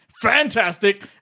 Fantastic